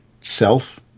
self